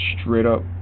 straight-up